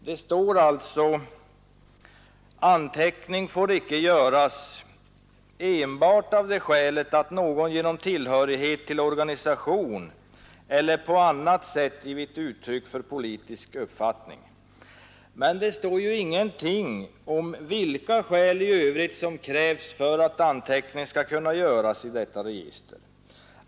Det står alltså: ”Anteckning ——— får icke göras enbart av det skälet att någon genom tillhörighet till organisation eller på annat sätt givit uttryck för politisk uppfattning.” Men det står ju ingenting om vilka skäl i övrigt som krävs för att anteckning skall kunna göras i detta register.